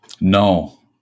No